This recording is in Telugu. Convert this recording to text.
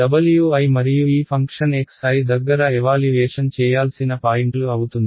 వెయిట్స్ Wi మరియు ఈ ఫంక్షన్ xi దగ్గర ఎవాల్యుయేషన్ చేయాల్సిన పాయింట్లు అవుతుంది